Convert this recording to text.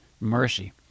mercy